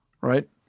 Right